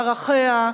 ערכיה,